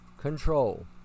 control